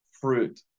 fruit